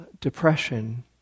depression